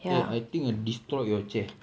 eh I think I destroyed your chair